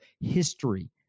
history